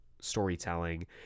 storytelling